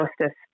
Justice